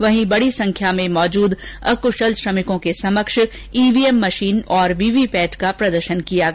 वहीं बड़ी संख्या में उपस्थित अक्शल श्रमिकों के समक्ष ईवीएम मशीन और वीवीपैट का प्रदर्शन किया गया